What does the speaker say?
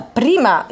prima